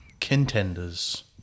contenders